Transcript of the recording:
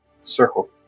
circle